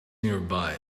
nearby